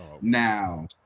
Now